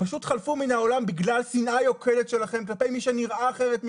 פשוט חלפו מן העולם בגלל שנאה יוקדת שלכם כלפי מי שנראה אחרת מכם,